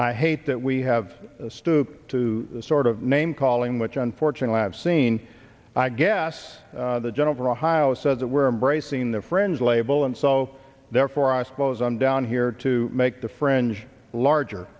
i hate that we have stooped to the sort of name calling which unfortunately i've seen i guess the general for ohio says that we're embracing the friends label and so therefore i suppose i'm down here to make the french larger